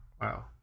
Wow